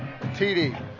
TD